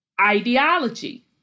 Ideology